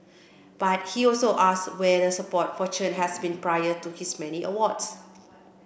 but he also asks where the support for Chen has been prior to his many awards